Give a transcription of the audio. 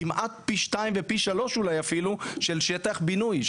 כמעט פי שתיים ופי שלוש אולי אפילו של שטח בינוי,